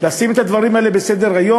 לשים את הדברים האלה בסדר-היום,